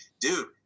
dude